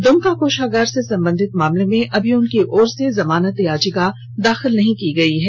दुमका कोषागार से संबंधित मामले में अभी उनकी ओर से जमानत याचिका नहीं दाखिल की गई है